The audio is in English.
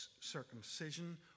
circumcision